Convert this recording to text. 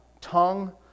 tongue